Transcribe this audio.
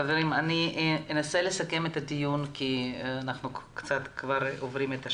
חברים אני אנסה לסכם את הדיון כי אנחנו קצת כבר עוברים את השעה.